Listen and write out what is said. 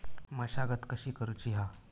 मशागत कशी करूची हा?